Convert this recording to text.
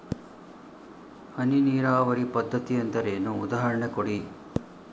ಹನಿ ನೀರಾವರಿ ಪದ್ಧತಿ ಎಂದರೇನು, ಉದಾಹರಣೆ ಕೊಡಿ?